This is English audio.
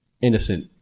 innocent